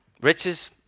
Riches